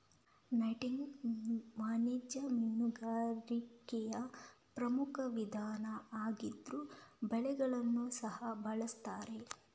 netting ವಾಣಿಜ್ಯ ಮೀನುಗಾರಿಕೆಯ ಪ್ರಮುಖ ವಿಧಾನ ಆಗಿದ್ರೂ ಬಲೆಗಳನ್ನ ಸಹ ಬಳಸ್ತಾರೆ